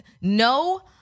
no